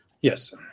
Yes